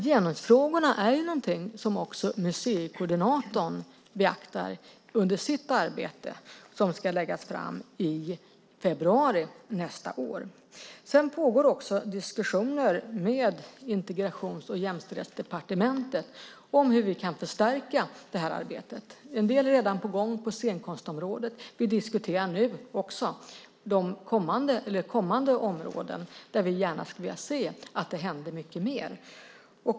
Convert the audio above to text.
Genusfrågorna är något som museikoordinatorn också beaktar under sitt arbete som ska läggas fram i februari nästa år. Det pågår också diskussioner med Integrations och jämställdhetsdepartementet om hur vi kan förstärka detta arbete. En del är redan på gång på scenkonstområdet. Vi diskuterar också kommande områden där vi gärna skulle vilja se att det hände mycket mer.